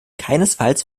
keinesfalls